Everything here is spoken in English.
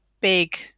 big